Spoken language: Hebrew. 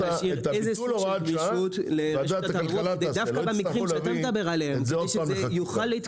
הביטול הוראת שעה ועדת הכלכלה תעשה --- אני רוצה לבקש שתחשבו על דרך